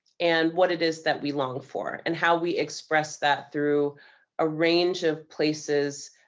and what it is that we long for. and how we express that through a range of places